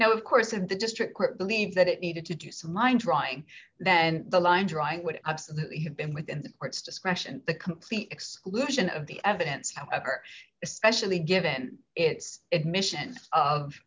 now of course have the district believe that it needed to do some mind drawing the line drawing would absolutely have been within the court's discretion the complete exclusion of the evidence however especially given its admission of